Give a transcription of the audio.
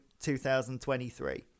2023